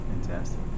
fantastic